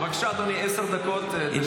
בבקשה, אדוני, עשר דקות.